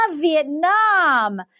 Vietnam